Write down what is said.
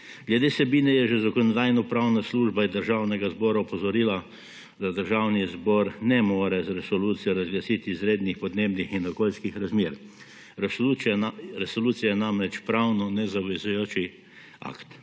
Glede vsebine je že Zakonodajno-pravna služba Državnega zbora opozorila, da Državni zbor ne more z resolucijo razglasiti izrednih podnebnih in okoljskih razmer. Resolucija je namreč pravno nezavezujoč akt.